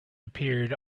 appeared